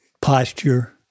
posture